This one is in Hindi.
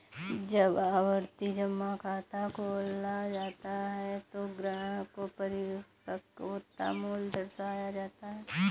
जब आवर्ती जमा खाता खोला जाता है तो ग्राहक को परिपक्वता मूल्य दर्शाया जाता है